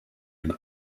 and